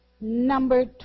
number